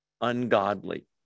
ungodly